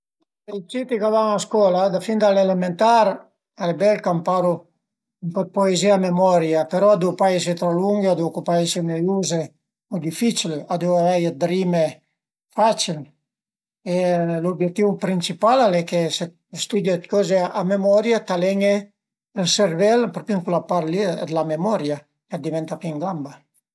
Për i citi ch'a van a scola fin da l'elementar al e bel ch'amparu ën po dë poezìe a memoria, però a devu pa esi tro lunghe, a devu co pa esi nuiuze u dificil, a devu avei dë rime facil e l'ubietìu principal al e che se stüdie coze a memoria t'alen-e ël servel propi ën cula part li d'la memoria, a diventa pi ën gamba